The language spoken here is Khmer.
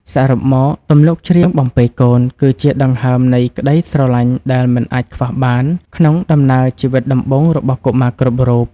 សរុបមក ទំនុកច្រៀងបំពេកូនគឺជាដង្ហើមនៃក្ដីស្រឡាញ់ដែលមិនអាចខ្វះបានក្នុងដំណើរជីវិតដំបូងរបស់កុមារគ្រប់រូប។